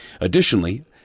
Additionally